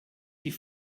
die